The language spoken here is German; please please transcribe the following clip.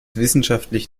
wissenschaftlich